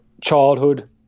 Childhood